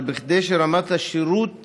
אבל בכדי שרמת השירות